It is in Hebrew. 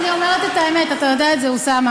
אני אומרת את האמת, אתה יודע את זה, אוסאמה.